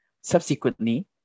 Subsequently